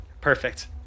perfect